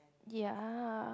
ya